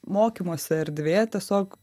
mokymosi erdvė tiesiog